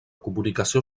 comunicació